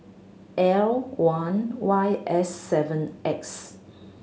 L one Y S seven X